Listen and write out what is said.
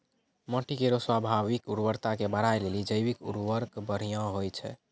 माटी केरो स्वाभाविक उर्वरता के बढ़ाय लेलि जैविक उर्वरक बढ़िया होय छै